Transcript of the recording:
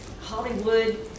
Hollywood